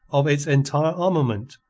of its entire armament,